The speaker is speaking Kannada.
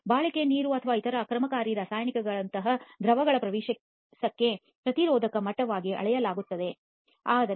ಬಾಳಿಕೆ ನೀರು ಅಥವಾ ಇತರ ಆಕ್ರಮಣಕಾರಿ ರಾಸಾಯನಿಕಗಳಂತಹ ದ್ರವಗಳ ಪ್ರವೇಶಕ್ಕೆ ಪ್ರತಿರೋಧದ ಮಟ್ಟವಾಗಿ ಅಳೆಯಲಾಗುತ್ತದೆ